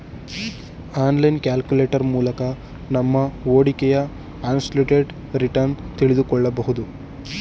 online calculator ಮೂಲಕ ನಮ್ಮ ಹೂಡಿಕೆಯ ಅಬ್ಸಲ್ಯೂಟ್ ರಿಟರ್ನ್ ತಿಳಿದುಕೊಳ್ಳಬಹುದು